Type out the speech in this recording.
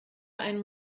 einen